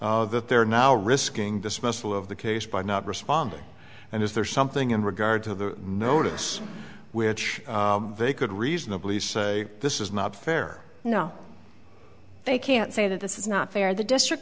that they're now risking dismissal of the case by not responding and is there something in regard to the notice which they could reasonably say this is not fair no they can't say that this is not fair the district